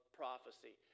prophecy